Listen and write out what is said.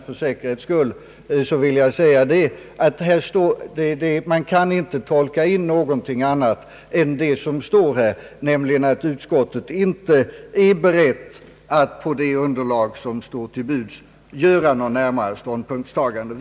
För säkerhets skull vill jag säga att man inte kan tolka in någonting annat än det som står där, nämligen att utskottet inte är »berett att på det underlag som nu står till buds göra några närmare ståndpunktstaganden».